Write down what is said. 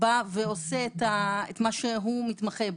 בא ועושה את מה שהוא מתמחה בו.